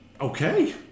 okay